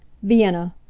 vienna!